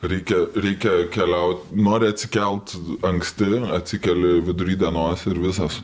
reikia reikia keliaut nori atsikelt anksti atsikeli vidury dienos ir visas